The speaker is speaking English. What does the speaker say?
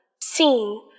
seen